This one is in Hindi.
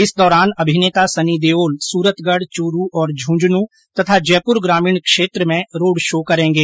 इस दौरान अभिनेता सनी देओल सूरतगढ चूरू और झुंझुनूं तथा जयपुर ग्रामीण क्षेत्र में रोड शो करेंगे